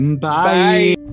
Bye